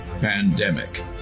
Pandemic